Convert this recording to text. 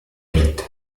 pete